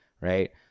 right